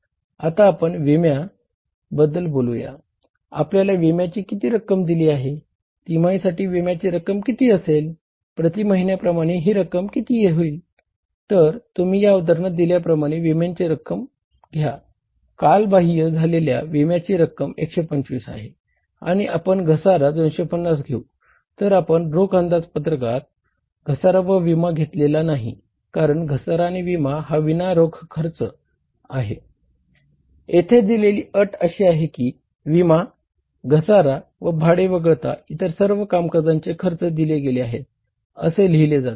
येथे दिलेली अट अशी आहे की विमा घसारा व भाडे वगळता इतर सर्व कामकाजी खर्च दिले गेले आहे असे लिहिले जातील